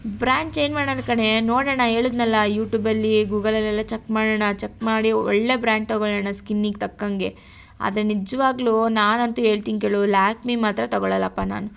brand change ಮಾಡೋಣ ಕಣೇ ನೋಡೋಣ ಹೇಳದ್ನಲ್ಲ ಯುಟೂಬಲ್ಲಿ ಗೂಗಲಲೆಲ್ಲ ಚೆಕ್ ಮಾಡೋಣ ಚೆಕ್ ಮಾಡಿ ಒಳ್ಳೆಯ ಬ್ರಾಂಡ್ ತಗೊಳ್ಳೋಣ ಸ್ಕಿನ್ನಿಗೆ ತಕ್ಕಾಗೆ ಆದರೆ ನಿಜವಾಗ್ಲು ನಾನಂತು ಹೇಳ್ತಿನಿ ಕೇಳು ಲ್ಯಾಕ್ಮಿ ಮಾತ್ರ ತಗೊಳ್ಳಲ್ಲಪ್ಪ ನಾನು